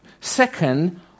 Second